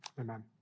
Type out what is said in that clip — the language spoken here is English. Amen